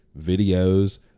videos